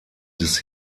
des